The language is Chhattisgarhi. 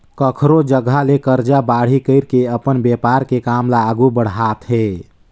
कखरो जघा ले करजा बाड़ही कइर के अपन बेपार के काम ल आघु बड़हाथे